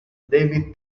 david